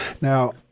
Now